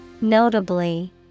Notably